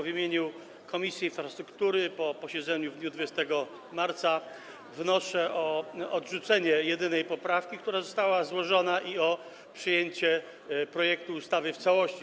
W imieniu Komisji Infrastruktury po posiedzeniu w dniu 20 marca wnoszę o odrzucenie jedynej poprawki, która została złożona, i o przyjęcie projektu ustawy w całości.